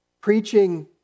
preaching